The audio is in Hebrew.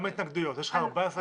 גם בהתנגדויות צריך מועד.